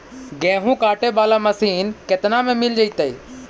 गेहूं काटे बाला मशीन केतना में मिल जइतै?